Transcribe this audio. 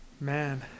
Man